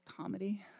Comedy